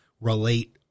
relate